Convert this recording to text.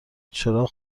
چراغ